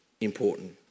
important